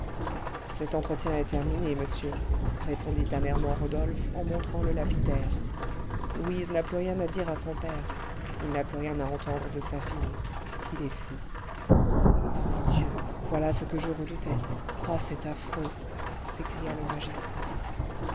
cet entretien est terminé monsieur répondit amèrement rodolphe en montrant le lapidaire louise n'a plus rien à dire à son père il n'a plus rien à entendre de sa fille il est fou grand dieu voilà ce que je redoutais ah c'est affreux s'écria le magistrat